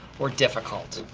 or difficult.